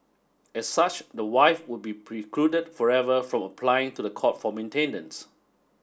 as such the wife would be precluded forever from applying to the court for maintenance